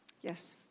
Yes